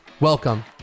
Welcome